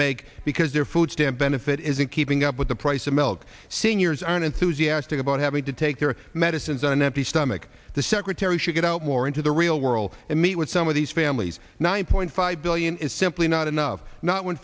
make because their food stamp benefit isn't keeping up with the price of milk seniors aren't enthusiastic about having to take their medicines on an empty stomach the secretary should get out more into the real world and meet with some of these families one point five billion is simply not enough not when